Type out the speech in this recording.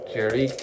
Jerry